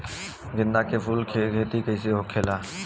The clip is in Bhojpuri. गेंदा के फूल की खेती कैसे होखेला?